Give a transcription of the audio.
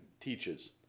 teaches